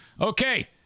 Okay